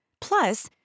Plus